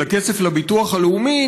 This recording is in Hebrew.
של הכסף לביטוח הלאומי,